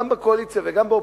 גם בקואליציה וגם באופוזיציה,